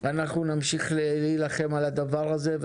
אנחנו נמשיך להילחם על הדבר הזה,